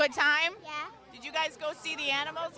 good time yet did you guys go see the animals